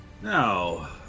now